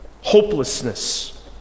hopelessness